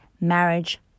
marriage